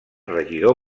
regidor